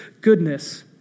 goodness